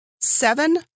Seven